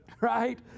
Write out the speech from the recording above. right